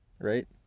right